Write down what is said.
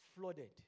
flooded